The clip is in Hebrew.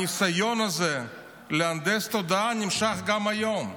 הניסיון הזה להנדס תודעה נמשך גם היום.